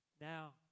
Now